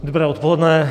Dobré odpoledne.